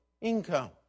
income